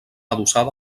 adossada